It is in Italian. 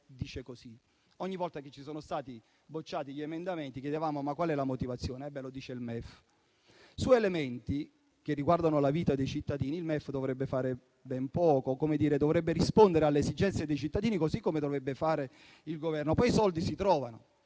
Ogni volta che ci sono stati bocciati gli emendamenti e chiedevamo quale fosse la motivazione, la risposta era: lo dice il MEF. Ma su elementi che riguardano la vita dei cittadini, il MEF dovrebbe fare ben poco. Dovrebbe rispondere alle esigenze dei cittadini, così come dovrebbe fare il Governo. I soldi poi si trovano.